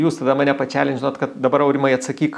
jūs tada mane pačialiandžinot kad dabar aurimai atsakyk